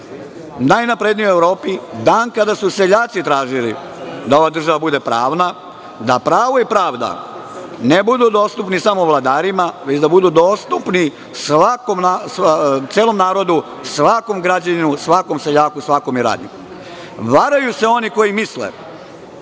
najnapredniji u Evropi, dan kada su seljaci tražili da ova država bude pravna, da pravo i pravda ne budu dostupni samo vladarima, već da budu dostupni celom narodu, svakom građaninu, svakom seljaku, svakom radniku. Varaju se oni koji misle